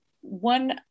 one